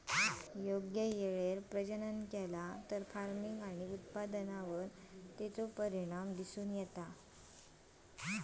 योग्य वेळेवर प्रजनन केला तर फार्मिग आणि उत्पादनावर तेचो परिणाम दिसता